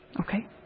Okay